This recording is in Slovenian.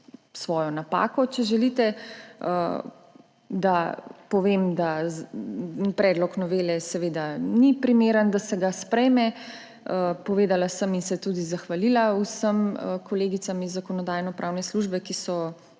svojo napako, če želite, da povem, da predlog novele seveda ni primeren, da se ga sprejme. Povedala sem in se tudi zahvalila vsem kolegicam iz Zakonodajno-pravne službe, ki so